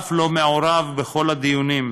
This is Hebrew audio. ואף לא מעורב בכל הדיונים,